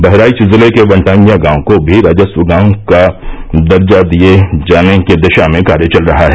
बहराइच जिले के वनटांगियां गांव को भी राजस्व गांव का दर्जा देने की दिशा में कार्य चल रहा है